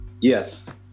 Yes